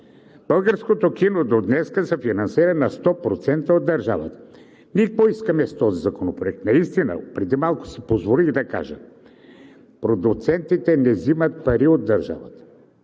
Българското кино до днес се финансира на 100% от държавата. Ние какво искаме с този законопроект? Преди малко си позволих да кажа: продуцентите не взимат пари от държавата,